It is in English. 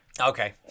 okay